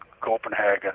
Copenhagen